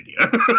idea